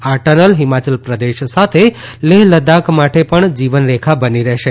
આ ટનલ હિમાચલ પ્રદેશ સાથે લેફ લદાખ માટે પણ જીવન રેખા બની રહેશે